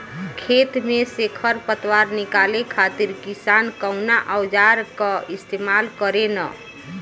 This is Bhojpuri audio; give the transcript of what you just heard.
खेत में से खर पतवार निकाले खातिर किसान कउना औजार क इस्तेमाल करे न?